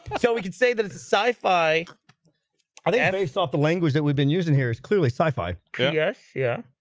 but so we could say that it's a sci-fi are they and based off the language that we've been using here is clearly sci-fi yes. yeah,